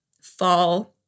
fall